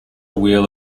wheel